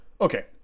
Okay